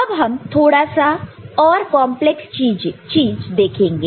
अब हम थोड़ा सा और कॉम्प्लेक्स चीज देखेंगे